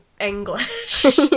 English